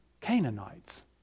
Canaanites